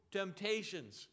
temptations